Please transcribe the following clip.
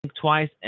twice